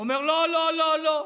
הוא אומר: לא, לא, לא,